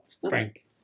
frank